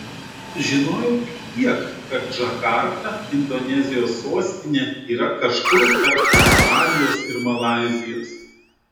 žinojau tik tiek kad džakarta indonezijos sostinė yra kažkur tarp australijos ir malaizijos